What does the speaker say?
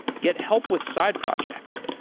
get help with side projects,